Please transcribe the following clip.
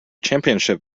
championship